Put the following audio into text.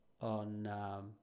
on